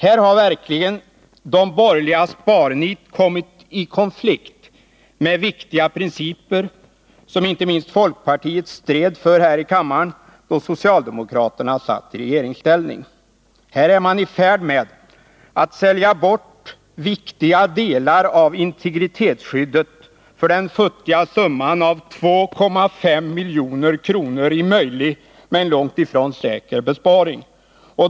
Här har verkligen de borgerligas sparnit kommit i konflikt med viktiga principer, som inte minst folkpartiet stred för här i kammaren, då socialdemokraterna var i regeringsställning. Här är man i färd med att sälja bort viktiga delar av integritetsskyddet för den futtiga summan av 2,5 milj.kr. i möjlig men långt ifrån säker besparing.